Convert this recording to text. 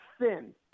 thin